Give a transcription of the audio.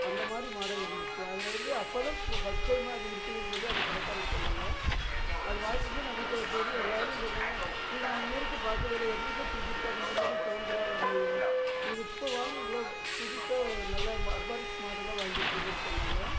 அந்த மாதிரி மாடல் இருந்துச்சு அதில் வந்து அப்ப தான் ஃபர்ஸ்ட் டைமாக அது இருக்குதுன்னு சொல்லி அந்த கடைக்காரர் சொன்னாங்க அது வாங்கிட்டு வந்து நான் வீட்டில் வச்சு இருந்தன் எல்லாரும் சொன்னாங்க இதை நான் இது வரைக்கும் பார்க்கவே இல்லை எங்கள் வீட்டில் ஃப்ரிட்ஜி இருக்கு ஆனால் இந்த மாதிரி சவுண்டுலாம் வர்லையே உங்கள்து இப்போ வாங்கி இவ்வளவு புதுசாக ஒரு நல்லா அட்வான்ஸ் மாடல்லாம் வாங்கிருக்கிங்கன்னு சொன்னாங்க